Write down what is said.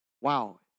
wow